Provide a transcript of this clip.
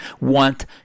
want